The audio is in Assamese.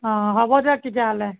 অ হ'ব দিয়ক তেতিয়াহ'লে